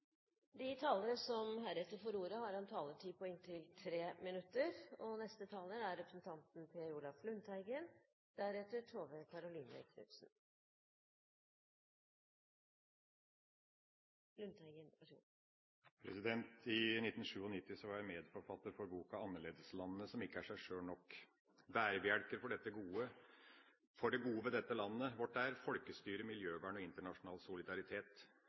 De talere som heretter får ordet, har en taletid på inntil 3 minutter. I 1997 var jeg medforfatter av boka Annerledeslandet – som ikke er seg selv nok. Bærebjelker for det gode ved landet vårt er folkestyre, miljøvern og internasjonal solidaritet.